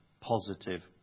positive